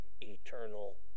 eternal